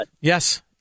Yes